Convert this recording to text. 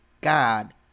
God